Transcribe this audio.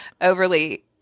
overly